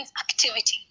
activity